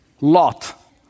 Lot